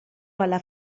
alla